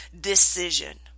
decision